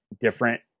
different